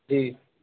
جی